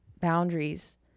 boundaries